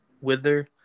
wither